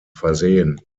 versehen